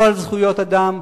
לא על זכויות אדם,